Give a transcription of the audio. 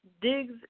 digs